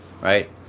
right